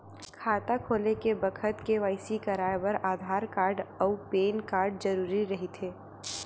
खाता खोले के बखत के.वाइ.सी कराये बर आधार कार्ड अउ पैन कार्ड जरुरी रहिथे